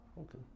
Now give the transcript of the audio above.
Okay